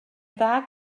dda